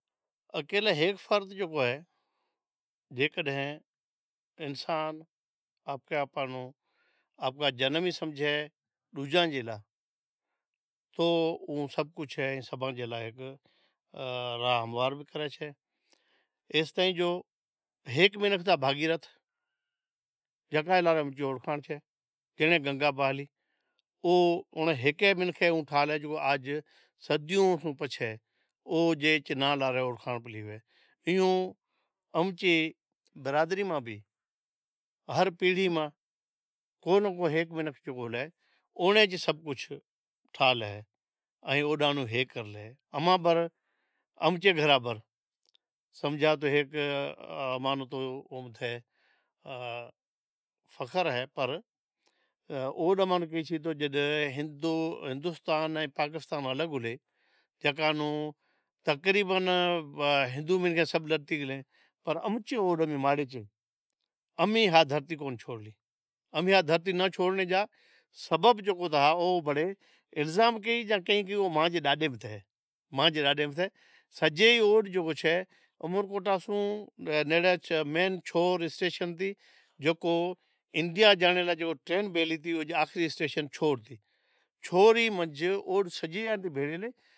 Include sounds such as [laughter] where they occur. اکیلی فرض جکو ہے، جیکڈنہں انسان آپرے آپ نو آپرو جنم ئی سمجھے ڈوجاں لا تو سبھ کجھ اے سبھاں لا راہ ہموار کرے چھے ایستائیں جو ہیک بھاگیعرتھ جکا ناں گنگا بہا لی او اونڑ ہیکے منکھ ٹھا لے جو صدیوں بعد ناں ہالے اوڑکھانڑ [unintelligible] ایئوں امچے برادری ماں بھی ہر پیڑہی میں کو ناں کو ہیک منکھ جکو لے اونڑیں جے سبھ کجھ ٹھایل اے ائیں اوڈاں نو ہیک کرلے اماں بر امچے برابر سمجھا تو ہیک مانڑو ہتو او [hesitation] فخر اے پر اوڈ اماں ناں کہیچے کہ ہندستان پاکستان الگ ہولیں [unintelligible] پر امچے اوڈ دھرتی کون چھوڑی، اماں چے دھرتی ناں چھوڑنڑ جا سبب جکو تھا او وڑے الزام یا کہیں کہو مانجے ڈاڈے متھے اے مانجے ڈاڈے متھے سجے اوڈ جکو چھے امرکوٹاں سوں چھور اسٹیشن ہتی جکو انڈیا جانڑ لا ٹرین بیلی ھتی او آخری اسٹیشن چھور ہتی چھور منجھ اوڈ سجے بھیڑے لے